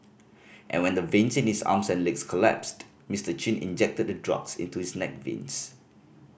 and when the veins in his arms and legs collapsed Mister Chin injected the drugs into his neck veins